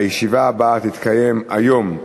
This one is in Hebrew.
הישיבה הבאה תתקיים היום,